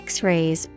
X-rays